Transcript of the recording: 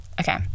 okay